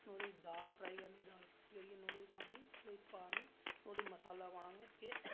नुआढ़े च दाल फ्राई करनी दाल फ्राई करियै नुआढ़े च पाने नुआढ़े च पाए नुआढ़े च मसाला पाने ते